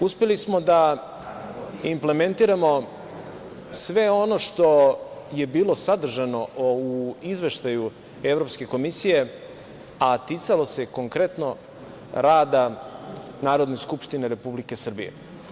Uspeli smo da implementiramo sve ono što je bilo sadržano u Izveštaju Evropske komisije, a ticalo se konkretno rada Narodne skupštine Republike Srbije.